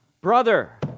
Brother